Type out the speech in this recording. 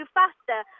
faster